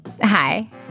hi